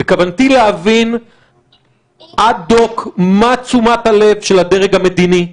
בכוונתי להבין עד דוק מה תשומת הלב של הדרג המדיני,